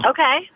Okay